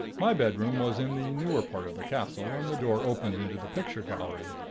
my bedroom was in the newer part of the castle, and the door opened into the picture gallery.